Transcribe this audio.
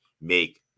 make